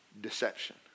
deception